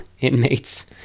inmates